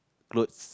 clothes